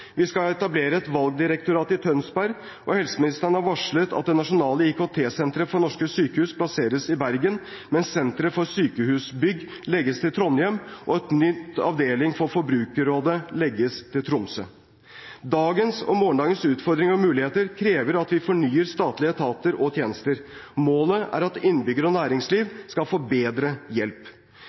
Vi skal etablere et valgdirektorat i Tønsberg, og helseministeren har varslet at det nasjonale IKT-senteret for norske sykehus plasseres i Bergen, mens senteret for sykehusbygg legges til Trondheim, og en ny avdeling i Forbrukerrådet legges til Tromsø. Dagens og morgendagens utfordringer og muligheter krever at vi fornyer statlige etater og tjenester. Målet er at innbyggere og næringsliv skal få bedre hjelp.